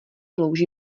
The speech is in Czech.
louži